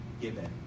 given